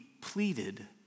pleaded